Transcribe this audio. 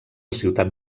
ciutat